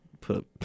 put